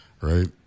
right